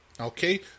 Okay